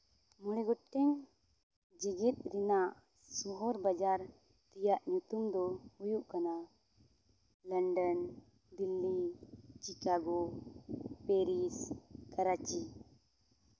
ᱢᱚᱬᱮ ᱜᱚᱴᱮᱱ ᱡᱮᱜᱮᱛ ᱨᱮᱱᱟᱜ ᱥᱚᱦᱚᱨ ᱵᱟᱡᱟᱨ ᱨᱮᱭᱟᱜ ᱧᱩᱛᱩᱢ ᱫᱚ ᱦᱩᱭᱩᱜ ᱠᱟᱱᱟ London Delhi Chicago Paris Karachi